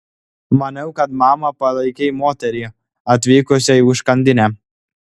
maniau kad mama palaikei moterį atvykusią į užkandinę